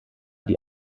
die